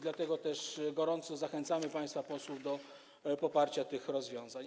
Dlatego też gorąco zachęcamy państwa posłów do poparcia tych rozwiązań.